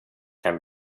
can